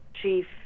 chief